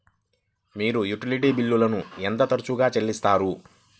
మీరు యుటిలిటీ బిల్లులను ఎంత తరచుగా చెల్లిస్తారు?